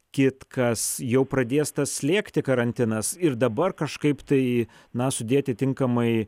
kitkas jau pradės tas slėgti karantinas ir dabar kažkaip tai na sudėti tinkamai